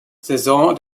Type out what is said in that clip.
saison